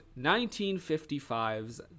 1955's